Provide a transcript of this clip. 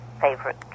favorite